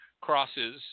crosses